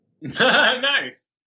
Nice